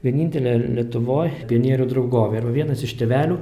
vienintelę lietuvoj pionierių draugovę ir va vienas iš tėvelių